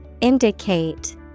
Indicate